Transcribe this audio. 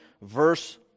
verse